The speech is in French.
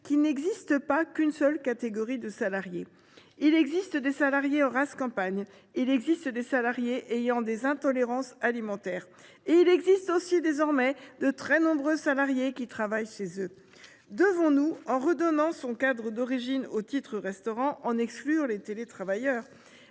qu’il n’existe pas qu’une seule catégorie de salariés. Il existe des salariés en rase campagne ; il existe des salariés ayant des intolérances alimentaires ;… Comme moi !… il existe aussi, désormais, de très nombreux salariés qui travaillent chez eux. Devons nous, en redonnant son cadre d’origine au titre restaurant, en exclure les télétravailleurs ?